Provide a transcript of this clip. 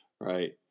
right